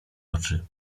oczy